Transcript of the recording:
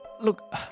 Look